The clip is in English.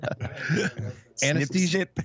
Anesthesia